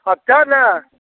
हँ सएह ने